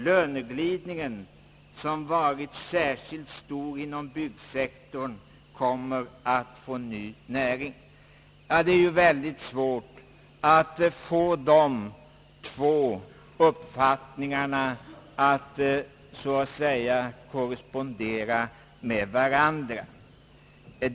Löneglidningen, som varit särskilt stor inom byggsektorn, kommer att få ny näring.» Det är ju väldigt svårt att få de nämnda båda uppfattningarna att korrespondera med varandra.